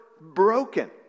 broken